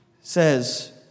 says